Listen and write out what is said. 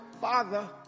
Father